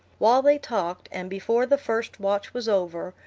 while they talked, and before the first watch was over,